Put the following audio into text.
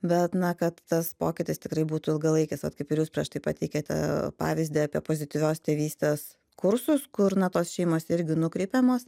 bet na kad tas pokytis tikrai būtų ilgalaikis vat kaip ir jūs prieš tai pateikėte pavyzdį apie pozityvios tėvystės kursus kur na tos šeimos irgi nukreipiamos